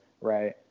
right